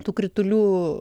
tų kritulių